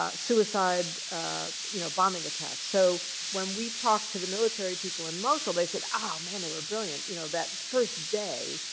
ah suicide you know bombing attacks. so when we talk to the military people in mosul, they said, oh, man, they were brilliant. you know that first day,